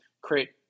create